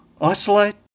isolate